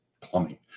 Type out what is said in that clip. plumbing